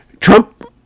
Trump